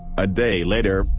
a day later,